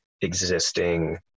existing